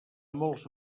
molts